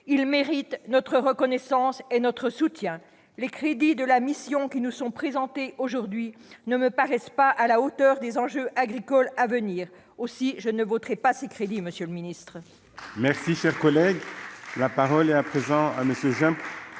Ils méritent notre reconnaissance et notre soutien. Les crédits de la mission qui sont présentés aujourd'hui ne me paraissent pas à la hauteur des enjeux agricoles à venir. Aussi je ne voterai pas ces crédits, monsieur le ministre